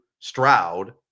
stroud